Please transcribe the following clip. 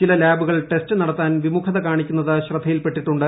ചില ലാബുകൾ ടെസ്റ്റ് നടത്താൻ വിമുഖത കാണിക്കുന്നത് ശ്രദ്ധയിൽപെട്ടിട്ടുണ്ട്